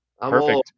Perfect